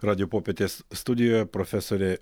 radijo popietės studijoje profesorė